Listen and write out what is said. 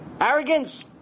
arrogance